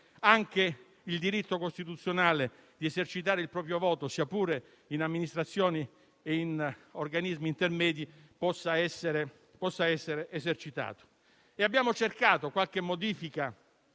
anche il diritto costituzionale di esercitare il proprio voto, sia pure in amministrazioni e in organismi intermedi, possa essere esercitato. Qualche modifica